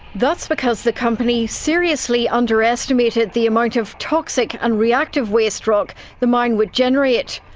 that's because the company seriously underestimated the amount of toxic and reactive waste rock the mine would generate.